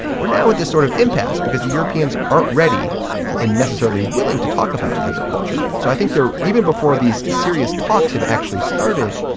we're now at this sort of impasse because the europeans aren't ready and necessarily willing to talk about agriculture. so i think there are even before these serious talks have actually started,